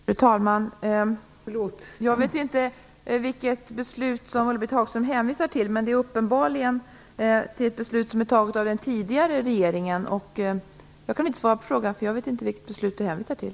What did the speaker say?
Fru talman! Jag vet inte vilket beslut som Ulla Britt Hagström hänvisar till, men det är uppenbarligen till ett beslut som är fattat av den tidigare regeringen. Jag kan inte svara på frågan eftersom jag inte vet vilket beslut hon hänvisar till.